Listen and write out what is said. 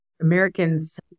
americans